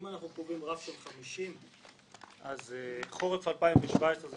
אם אנחנו קובעים רף של 50 אז חורף 2017 זה